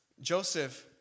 Joseph